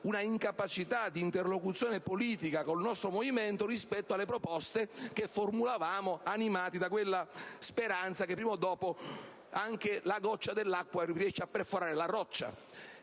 un'incapacità di interlocuzione politica con il nostro Movimento rispetto alla proposte che formulavamo, animati dalla speranza che, prima o dopo, anche la goccia d'acqua riesca a perforare la roccia.